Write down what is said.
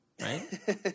right